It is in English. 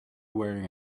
wearing